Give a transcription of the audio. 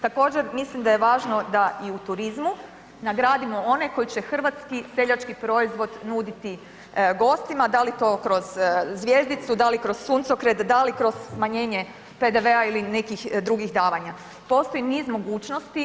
Također mislim da je važno da i u turizmu nagradimo one koji će hrvatski seljački proizvod nuditi gostima, da li to kroz zvjezdicu, da li kroz suncokret, da li kroz smanjenje PDV-a ili nekih drugih davanja, postoji niz mogućnosti.